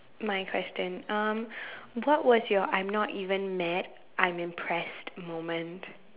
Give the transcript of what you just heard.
my question um what was your I'm not even mad I'm impressed moment